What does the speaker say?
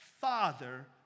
father